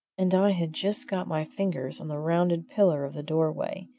and i had just got my fingers on the rounded pillar of the doorway,